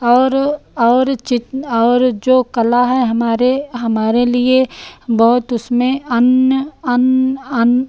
और और और जो कला है हमारे हमारे लिए बहुत उसमें अन्य अन्न अन